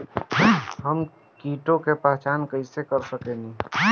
हम कीटों की पहचान कईसे कर सकेनी?